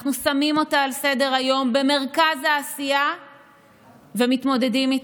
אנחנו שמים אותה על סדר-היום במרכז העשייה ומתמודדים איתה.